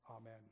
Amen